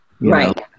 right